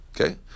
Okay